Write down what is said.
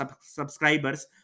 subscribers